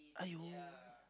!aiyo!